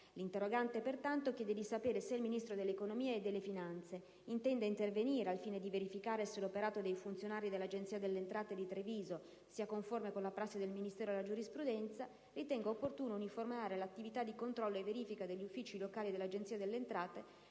L'interrogante, pertanto, chiede di sapere se il Ministro dell'economia e delle finanze intenda intervenire al fine di verificare se l'operato dei funzionari dell'Agenzia delle entrate di Treviso sia conforme con la prassi del Ministero e la giurisprudenza e se ritenga opportuno uniformare l'attività di controllo e verifica degli uffici locali dell'Agenzia delle entrate